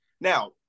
Now